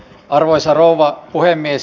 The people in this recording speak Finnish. arvoisa rouva puhemies